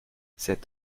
cet